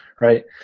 Right